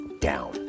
down